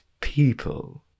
people